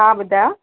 हा ॿुधायो